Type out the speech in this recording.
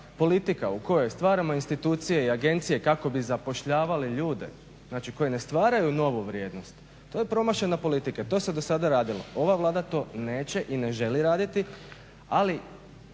politika u kojoj stvaramo institucije i agencije kako bi zapošljavali ljude znači koji ne stvaraju novu vrijednost to je promašena politika, to se do sada radilo. Ova Vlada to neće i ne želi raditi, ali